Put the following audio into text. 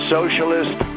Socialist